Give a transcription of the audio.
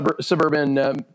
suburban